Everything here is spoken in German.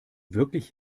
wirklich